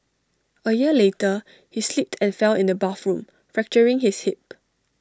A year later he slipped and fell in the bathroom fracturing his hip